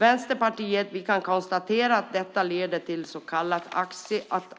Vänsterpartiet kan konstatera att detta leder till att så kallade